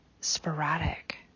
sporadic